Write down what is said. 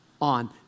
on